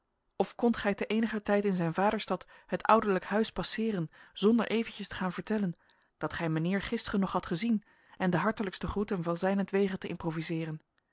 of kondt gij te eenigertijd in zijn vaderstad het ouderlijk huis passeeren zonder eventjes te gaan vertellen dat gij mijnheer gisteren nog hadt gezien en de hartelijkste groeten van zijnentwege te improviseeren